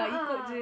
a'ah